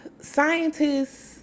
scientists